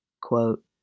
quote